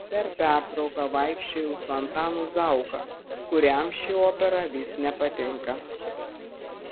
per pertrauką vaikščiojau su antanu zauka kuriam ši opera vis nepatinka